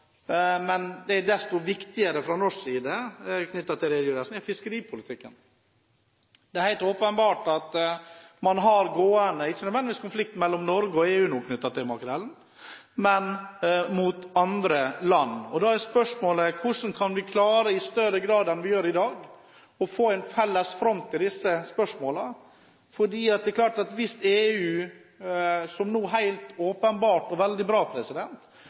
men desto viktigere fra norsk side, er knyttet til fiskeripolitikken. Det er helt åpenbart at man har gående en konflikt knyttet til makrellen – ikke nødvendigvis mellom Norge og EU, men med andre land. Da er spørsmålet: Hvordan kan vi i større grad enn i dag klare å få en felles front i disse spørsmålene? EU går i en positiv retning når det gjelder fiskeripolitikken, det må vi ta inn over oss, og det er veldig bra.